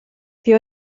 wir